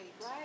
Right